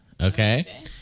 okay